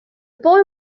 boy